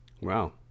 Wow